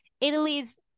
Italy's